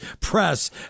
press